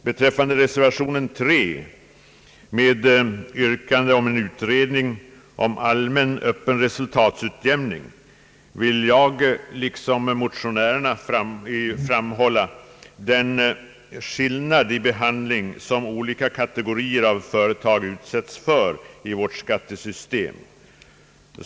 Beträffande reservationen nr 3 som innebär förslag om utredning i fråga om en allmän öppen resultatutjämning vill jag i likhet med motionärerna framhålla den skillnad i behandling som olika kategorier av företag utsätts för i vårt skattesystem.